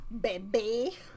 Baby